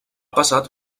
passat